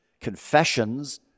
Confessions